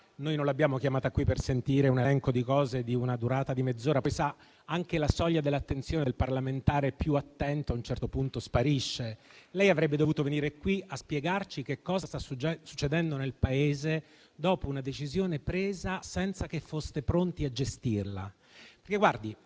non l'abbiamo chiamata qui per sentire un elenco di cose della durata di mezz'ora, anche perché anche la soglia di attenzione del parlamentare più attento a un certo punto viene raggiunta. Lei avrebbe dovuto venire qui a spiegarci che cosa sta succedendo nel Paese, dopo una decisione presa senza che foste pronti a gestirla.